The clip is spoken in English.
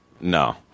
no